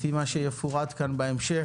לפי מה שיפורט כאן בהמשך.